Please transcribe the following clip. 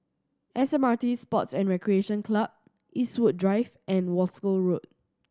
S M R T Sports and Recreation Club Eastwood Drive and Wolskel Road